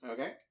Okay